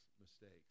mistakes